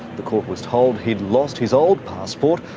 the court was told he'd lost his old passport,